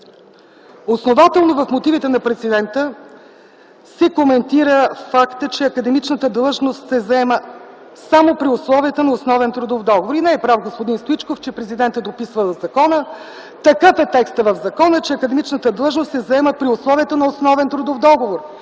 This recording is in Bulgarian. Основателно в Мотивите на президента се коментира фактът, че академичната длъжност се заема само при условията на основен трудов договор. Не е прав господин Стоичков, че президентът дописвал закона. Такъв е текстът в закона, че академичната длъжност се заема при условията на основен трудов договор